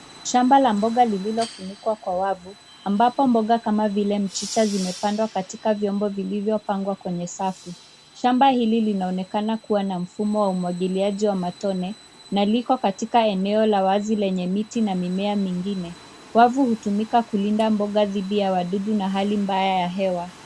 Shamba la mboga lililofunikwa kwa wavu, ambapo mboga kama vile mchicha zimepandwa katika vyombo vilivyopangwa kwenye safu. Shamba hili linaonekana kuwa na mfumo wa umwagiliaji wa matone na liko katika eneo la wazi lenye miti na mimea mingine. Wavu hutumika kulinda mboga thidi ya wadudu na hali mbaya ya hewa.